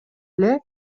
эле